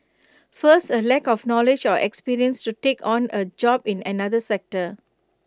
first A lack of knowledge or experience to take on A job in another sector